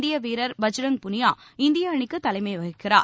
இந்திய வீரர் பஜ்ரங் புனியா இந்திய அணிக்கு தலைமை வகிக்கிறார்